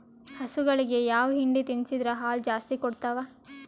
ಹಸುಗಳಿಗೆ ಯಾವ ಹಿಂಡಿ ತಿನ್ಸಿದರ ಹಾಲು ಜಾಸ್ತಿ ಕೊಡತಾವಾ?